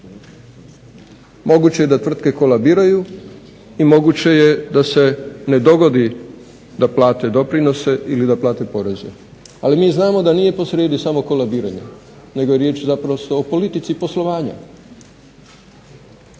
Moguće je da tvrtke kolabiraju i moguće je da se ne dogodi da plate doprinose ili da plate doprinose. Ali mi znamo da nije posrijedi samo kolabiranje, nego je riječ zapravo o politici poslovanja.